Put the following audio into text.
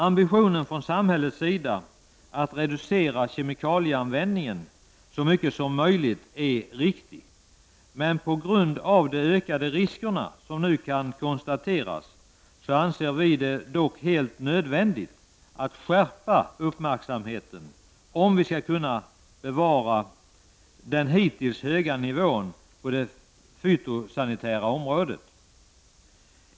Ambitionen från samhällets sida att reducera kemikalieanvändningen så mycket som möjligt är riktig. Men på grund av de ökade risker som nu kan konstateras anser vi det helt nödvändigt att skärpa uppmärksamheten, om vi skall kunna bevara den hittills höga nivån på det fytosanitära området.